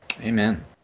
Amen